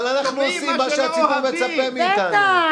אבל אנחנו עושים מה שהציבור מצפה מאיתנו.